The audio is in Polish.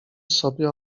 sobie